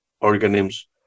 organisms